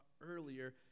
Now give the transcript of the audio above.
earlier